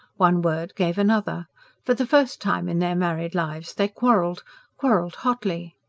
one word gave another for the first time in their married lives they quarrelled quarrelled hotly.